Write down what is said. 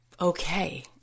okay